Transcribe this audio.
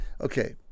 okay